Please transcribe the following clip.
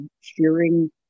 sharing